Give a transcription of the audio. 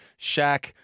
Shaq